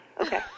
okay